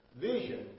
vision